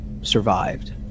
survived